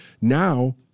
now